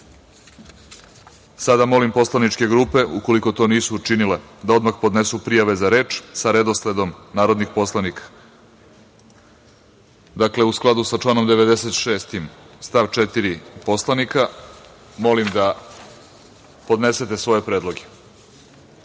molim poslaničke grupe, ukoliko to nisu učinile, da odmah podnesu prijave za reč sa redosledom narodnih poslanika. Dakle, u skladu sa članom 96. stav 4. Poslovnika, molim da podnesete svoje predloge. Saglasno